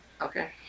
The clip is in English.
Okay